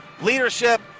leadership